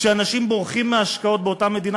כשאנשים בורחים מהשקעות באותה מדינה,